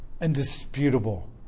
indisputable